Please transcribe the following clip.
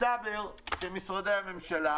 מסתבר שמשרדי הממשלה,